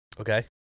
Okay